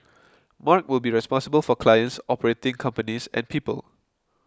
mark will be responsible for clients operating companies and people